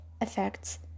effects